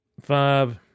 five